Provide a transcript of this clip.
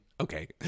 Okay